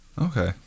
Okay